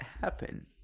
happen